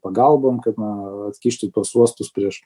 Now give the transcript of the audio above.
pagalbom kad na atkišti tuos uostus prieš